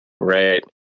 Right